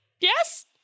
Yes